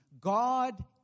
God